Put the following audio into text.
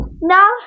now